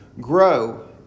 grow